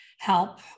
help